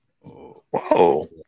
Whoa